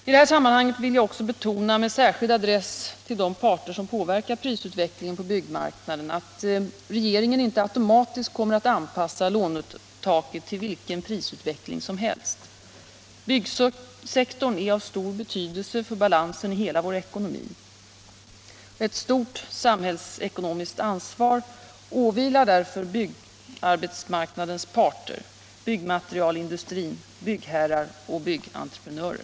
I det här sammanhanget vill jag också betona — med särskild adress till de parter som påverkar prisutvecklingen på byggmarknaden — att regeringen inte automatiskt kommer att anpassa lånetaket till vilken prisutveckling som helst. Byggsektorn är av stor betydelse för balansen i hela vår ekonomi. Ett stort samhällsekonomiskt ansvar åvilar därför byggarbetsmarknadens parter, byggmaterialindustrin, byggherrar och byggentreprenörer.